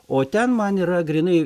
o ten man yra grynai